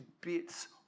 bits